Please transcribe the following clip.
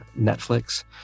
Netflix